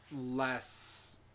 less